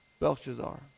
Belshazzar